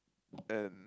and